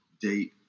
date